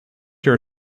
your